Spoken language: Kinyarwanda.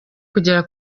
kugera